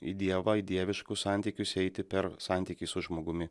į dievą į dieviškus santykius eiti per santykį su žmogumi